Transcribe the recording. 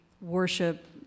worship